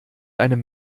einem